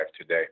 today